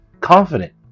confident